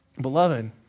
Beloved